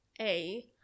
A-